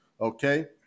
Okay